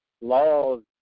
laws